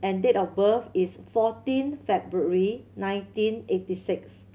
and date of birth is fourteen February nineteen eighty six